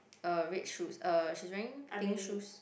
uh red shoes uh she's wearing pink shoes